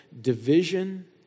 division